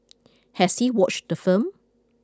has he watched the film